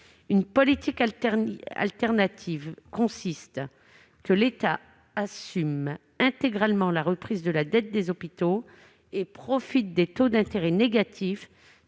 une politique alternative : l'État doit assumer intégralement la reprise de la dette des hôpitaux et profiter des taux d'intérêt négatifs